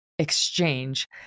exchange